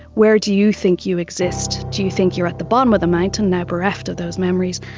where do you think you exist? do you think you're at the bottom of the mountain, now bereft of those memories,